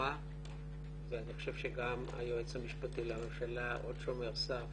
ואני חושב שגם היועץ המשפטי לממשלה, עוד שומר סף